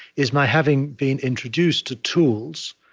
is my having been introduced to tools,